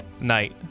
night